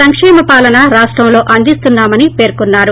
సంకేమ పాలన రాష్టంలో అందిస్తున్నా మని పేర్కోన్సారు